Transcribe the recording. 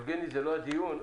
יבגני, זה לא הדיון.